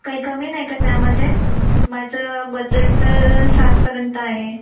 काही कमी नाही का त्यामध्ये माझं बजेट सातपर्यंत आहे